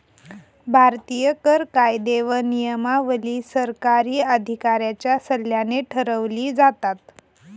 भारतीय कर कायदे व नियमावली सरकारी अधिकाऱ्यांच्या सल्ल्याने ठरवली जातात